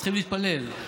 צריכים להתפלל.